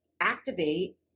activate